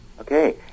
okay